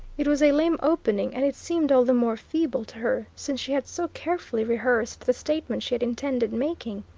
it was a lame opening, and it seemed all the more feeble to her since she had so carefully rehearsed the statement she had intended making.